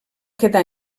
quedar